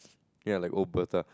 ya like old bazaar